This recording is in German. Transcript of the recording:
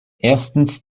erstens